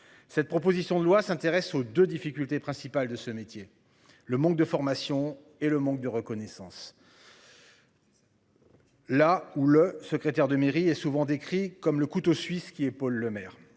Cette proposition de loi s'intéresse aux de difficultés principales de ce métier. Le manque de formation et le manque de reconnaissance. Là où le secrétaire de mairie est souvent décrit comme le couteau suisse qui est Paul Lemaire,